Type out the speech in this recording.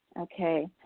Okay